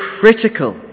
critical